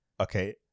Okay